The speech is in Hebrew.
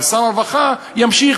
אבל שר הרווחה ימשיך,